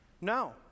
No